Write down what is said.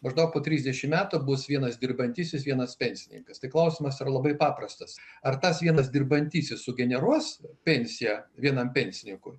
maždaug po trisdešim metų bus vienas dirbantysis vienas pensininkas tai klausimas yra labai paprastas ar tas vienas dirbantysis sugeneruos pensiją vienam pensininkui